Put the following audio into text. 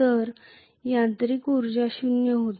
तर यांत्रिक ऊर्जा शून्य होती